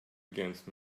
against